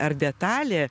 ar detalė